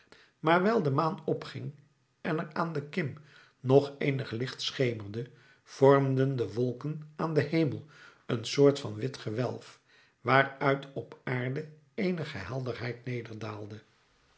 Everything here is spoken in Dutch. maar wijl de maan opging en er aan de kim nog eenig licht schemerde vormden de wolken aan den hemel een soort van wit gewelf waaruit op aarde eenige helderheid